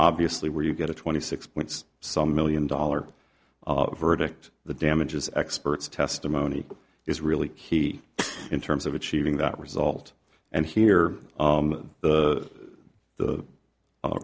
obviously where you get a twenty six points some million dollar verdict the damages experts testimony is really key in terms of achieving that result and here the the